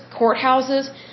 courthouses